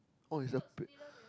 oh is a p~